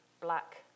black